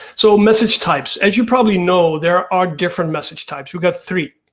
so message types, as you probably know there are different message types, we've got three.